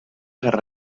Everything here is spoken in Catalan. guerra